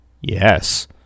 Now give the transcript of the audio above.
Yes